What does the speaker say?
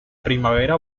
primavera